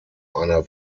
einer